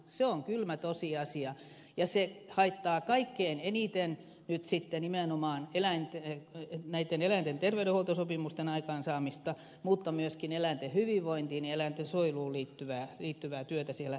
se on kylmä tosiasia ja se haittaa kaikkein eniten nyt sitten nimenomaan näitten eläinten terveydenhuoltosopimusten aikaansaamista mutta myöskin eläinten hyvinvointiin ja eläinten suojeluun liittyvää työtä siellä tilatasolla